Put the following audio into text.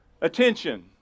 attention